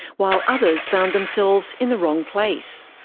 while others found themselves in the wrong place.